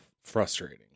frustrating